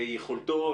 ויכולתו,